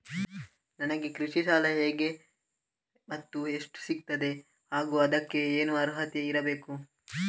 ನನಗೆ ಕೃಷಿ ಸಾಲ ಹೇಗೆ ಮತ್ತು ಎಷ್ಟು ಸಿಗುತ್ತದೆ ಹಾಗೂ ಅದಕ್ಕೆ ಏನು ಅರ್ಹತೆ ಇರಬೇಕು?